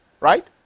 Right